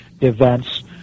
events